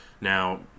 now